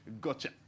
Gotcha